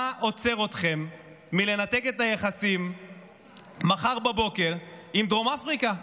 מה עוצר אתכם מלנתק את היחסים מחר בבוקר עם דרום אפריקה?